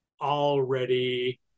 already